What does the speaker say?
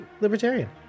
libertarian